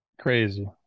Crazy